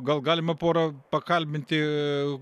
gal galima porą pakalbinti